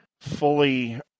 fully